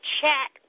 chat